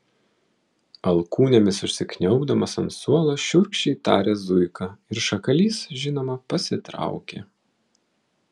alkūnėmis užsikniaubdamas ant suolo šiurkščiai tarė zuika ir šakalys žinoma pasitraukė